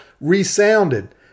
resounded